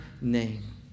name